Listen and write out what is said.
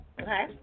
Okay